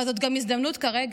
אבל זאת גם הזדמנות כרגע,